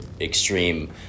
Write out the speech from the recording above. extreme